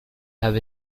have